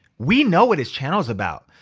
we know what his channel's about,